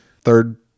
Third